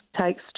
takes